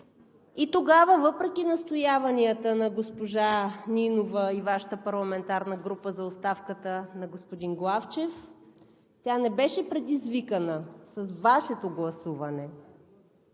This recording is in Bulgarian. И тогава, въпреки настояванията на госпожа Нинова и Вашата парламентарна група за оставката на господин Главчев, тя не беше предизвикана с Вашето гласуване,